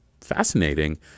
fascinating